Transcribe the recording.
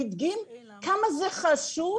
הדגים כמה זה חשוב